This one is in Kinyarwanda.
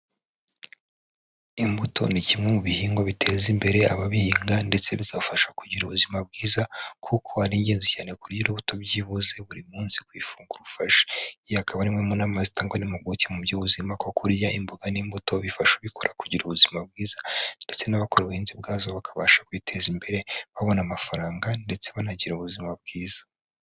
Imbuto ni kimwe mu bihingwa biteza imbere ababihinga ndetse bigafasha kugira ubuzima bwiza, kuko ari ingenzi cyane kurya urubuto byibuze buri munsi ku ifunguro ufashe, iyi ikaba ari imwe mu nama zitangwa n'impuguke mu by'ubuzima ko kurya imboga n'imbuto bifasha ubikora kugira ubuzima bwiza, ndetse n'abakora ubuhinzi bwazo bakabasha kwiteza imbere babona amafaranga ndetse banagira ubuzima bwiza.